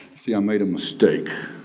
see, i made a mistake.